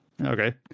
okay